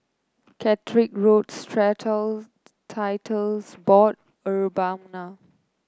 Caterick Road Strata Titles Board Urbana